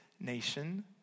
nation